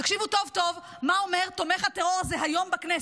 תקשיבו טוב טוב מה אומר תומך הטרור הזה היום בכנסת,